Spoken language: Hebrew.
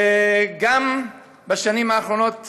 בשנים האחרונות